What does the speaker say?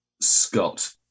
Scott